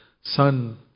son